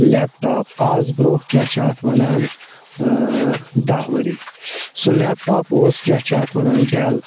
laptop آز برونٛہہ کیاہ چھِ اتھ وَنان دَہ ؤری سُہ لیپٹاپ اوس کیاہ چھِ اتھ وَنان ڈٮ۪ل